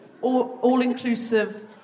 all-inclusive